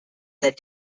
said